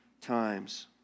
times